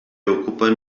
ocupen